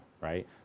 Right